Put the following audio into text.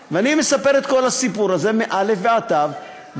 אני מספר את כל הסיפור הזה מאלף ועד תיו,